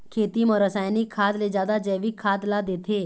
खेती म रसायनिक खाद ले जादा जैविक खाद ला देथे